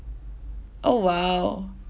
oh !wow!